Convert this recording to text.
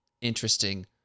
Interesting